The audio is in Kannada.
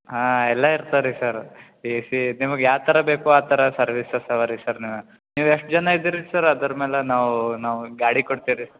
ಹಾಂ ಎಲ್ಲ ಇರ್ತಾರೆ ರೀ ಸರ ಎಸಿ ನಿಮಗೆ ಯಾವ ಥರ ಬೇಕೋ ಆ ಥರ ಸರ್ವಿಸಸ್ ಅವೆ ರೀ ಸರ ನೀವು ಎಷ್ಟು ಜನ ಇದ್ದೀರಿ ರೀ ಸರ ಅದರ ಮೇಲೆ ನಾವು ನಾವು ಗಾಡಿ ಕೊಡ್ತಿವಿ ರೀ